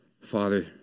Father